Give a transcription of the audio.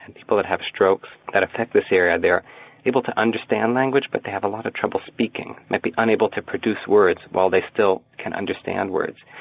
and people who have strokes that affect this area, they're able to understand language but they have a lot of trouble speaking might be unable to produce words while they still can understand words.